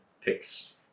picks